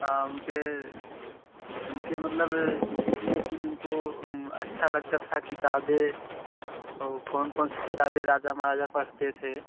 हाँ उनके उनके मतलब जितनी चीज़ें उनको अच्छी लगती थी किताबें और कौन कौन सी किताबें राजा महाराजा पढ़ते थे